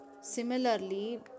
Similarly